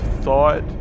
thought